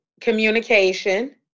communication